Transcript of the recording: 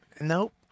Nope